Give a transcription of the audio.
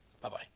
Bye-bye